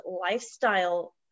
lifestyle